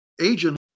agent